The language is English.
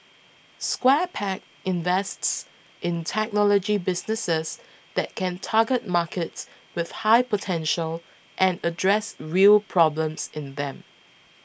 Square Peg invests in technology businesses that can target markets with high potential and address real problems in them